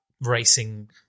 racing